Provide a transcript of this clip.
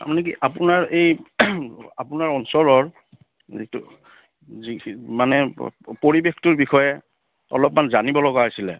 আপুনি কি আপোনাৰ এই আপোনাৰ অঞ্চলৰ যিটো যি মানে পৰিৱেশটোৰ বিষয়ে অলপমান জানিব লগা আছিলে